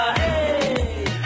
hey